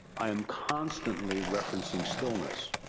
i am constantly referencing stillness.